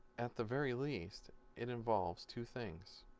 at the very least it involves two things